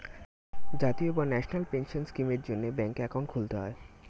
জাতীয় বা national pension স্কিমের জন্যে ব্যাঙ্কে অ্যাকাউন্ট খুলতে হয়